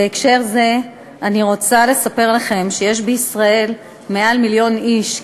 בהקשר זה אני רוצה לספר לכם שיש בישראל יותר ממיליון איש,